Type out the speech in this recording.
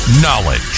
Knowledge